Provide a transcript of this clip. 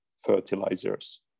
fertilizers